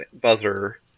buzzer